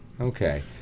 okay